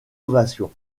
ovation